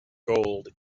gold